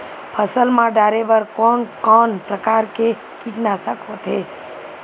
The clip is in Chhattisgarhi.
फसल मा डारेबर कोन कौन प्रकार के कीटनाशक होथे?